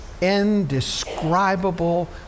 indescribable